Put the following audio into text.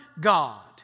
God